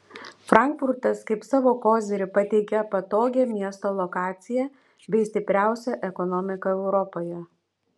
frankfurtas kaip savo kozirį pateikia patogią miesto lokaciją bei stipriausią ekonomiką europoje